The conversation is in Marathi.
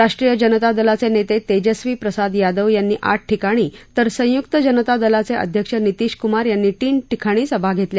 राष्ट्रीय जनता दलाचे नेते तेजस्वी प्रसाद यादव यांनी आठ ठिकाणी तर संयुक्त जनता दलाचे अध्यक्ष नीतीश कुमार यांनी तीन ठिकाणी सभा घेतल्या